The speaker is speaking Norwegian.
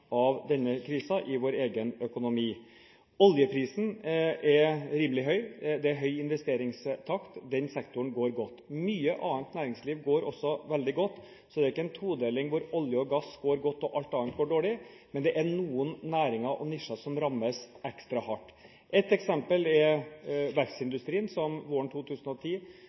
av denne krisen i vår egen økonomi. Oljeprisen er rimelig høy, og det er høy investeringstakt – den sektoren går godt. Mye annet næringsliv går også veldig godt, så det er ikke en todeling hvor olje- og gassektoren går godt og alt annet går dårlig. Men det er noen næringer og nisjer som rammes ekstra hardt. Ett eksempel er verftsindustrien, som våren 2010